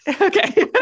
Okay